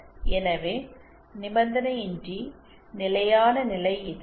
எனவே நிபந்தனையின்றி நிலையான நிலை இது